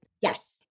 Yes